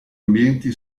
ambienti